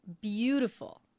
beautiful